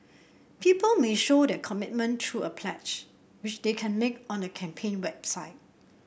people may show their commitment through a pledge which they can make on the campaign website